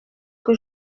que